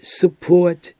support